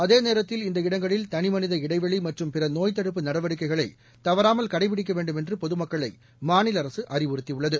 அதேநேரத்தில் இந்த இடங்களில் தனிமனித இடைவெளி மற்றும் பிற நோய்த் தடுப்பு நடவடிக்கைகளை தவறாமல் கடைபிடிக்க வேண்டும் என்று பொதுமக்களை மாநில அரசு அறிவுறுத்தியுள்ளது